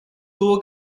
tuvo